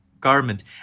garment